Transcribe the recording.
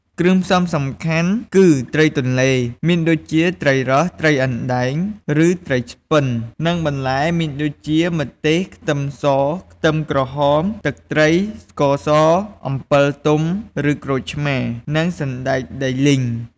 គ្រឿងផ្សំសំខាន់គឺ ត្រីទន្លេ មានដូចជាត្រីរ៉ស់ ត្រីអណ្ដែង ឬត្រីឆ្ពិន និងបន្លែមានដូចជា ម្ទេស ខ្ទឹមស ខ្ទឹមក្រហម ទឹកត្រី ស្ករស អំពិលទុំឬក្រូចឆ្មារ និងសណ្ដែកដីលីង។